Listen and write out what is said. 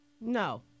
No